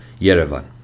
Yerevan